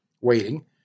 waiting